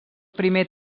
primer